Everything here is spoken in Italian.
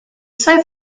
suoi